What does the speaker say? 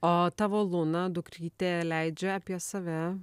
o tavo luna dukrytė leidžia apie save